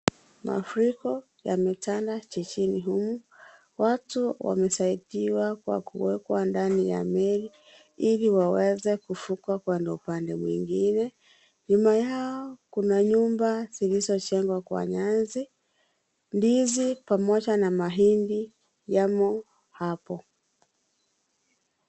Mafuriko yametanda jijini humu, watu wamesaidiwa kwa kuwekwa ndani ya meli ili waweze kuvuka kwenda upande mwingine. Nyuma yao, kuna nyumba zilizojengwa kwa nyasi. Ndizi pamoja na mahindi yamo hapo.